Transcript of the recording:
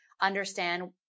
understand